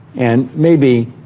and maybe,